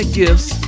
gifts